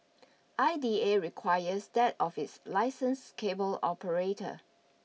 I D A requires that office licensed cable operator